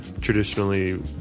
Traditionally